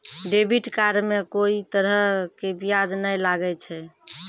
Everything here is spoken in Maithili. डेबिट कार्ड मे कोई तरह के ब्याज नाय लागै छै